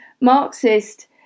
Marxist